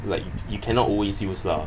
like you cannot always use lah